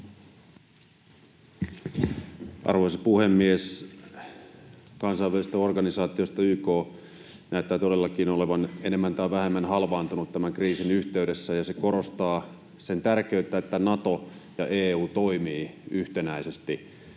Arvoisa puhemies! Kansainvälisistä organisaatioista YK näyttää todellakin olevan enemmän tai vähemmän halvaantunut tämän kriisin yhteydessä, mikä korostaa sen tärkeyttä, että Nato ja EU toimivat yhtenäisesti.